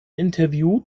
interview